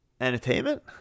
entertainment